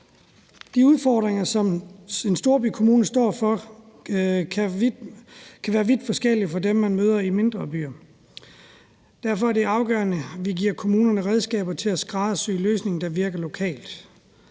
De udfordringer, som en storbykommune står med, kan være vidt forskellige fra dem, man møder i mindre byer. Derfor er det afgørende, at vi giver kommunerne redskaber til at skræddersy løsninger, der virker lokalt.